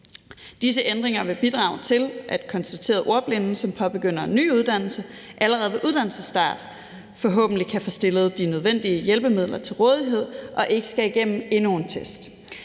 Disse ændringer vil bidrage til, at konstaterede ordblinde, som påbegynder en uddannelse, allerede ved uddannelsesstarten forhåbentlig kan få stillet de nødvendige hjælpemidler til rådighed og ikke skal igennem endnu en test.